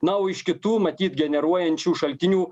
na o iš kitų matyt generuojančių šaltinių